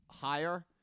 higher